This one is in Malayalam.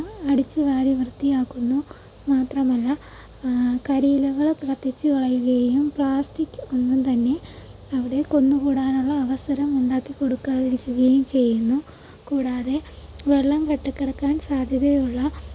അടിച്ചു വാരി വൃത്തിയാക്കുന്നു മാത്രമല്ല കരിയിലകൾ കത്തിച്ച് കളയുകയും പ്ലാസ്റ്റിക് ഒന്നും തന്നെ അവിടെ കുന്നു കൂടാനുള്ള അവസരം ഉണ്ടാക്കി കൊടുക്കാതിരിക്കുകയും ചെയ്യുന്നു കൂടാതെ വെള്ളം കെട്ടി കെടക്കാൻ സാധ്യതയുള്ള